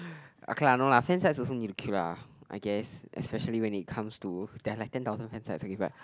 okay lah no lah handsets also need to queue lah I guess especially when it comes to there are like ten thousand handsets only but